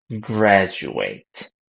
graduate